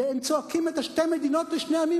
הם צועקים את ה"שתי מדינות לשני עמים"